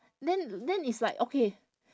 then then is like okay